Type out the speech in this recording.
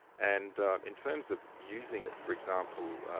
and in terms of using it, for example,